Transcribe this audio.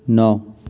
नौ